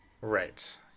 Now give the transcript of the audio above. Right